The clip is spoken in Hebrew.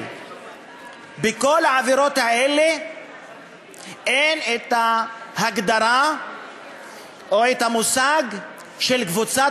בכל העבירות האלה אין ההגדרה או המושג של קבוצת